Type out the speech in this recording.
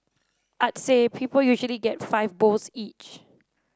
I'd say people usually get five bowls each